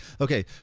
Okay